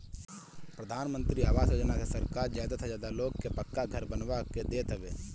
प्रधानमंत्री आवास योजना से सरकार ज्यादा से ज्यादा लोग के पक्का घर बनवा के देत हवे